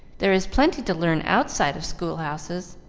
there is plenty to learn outside of school-houses,